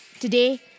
Today